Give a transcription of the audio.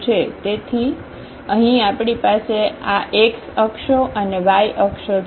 તેથી અહીં આપણી પાસે આ x અક્ષો અને y અક્ષો છે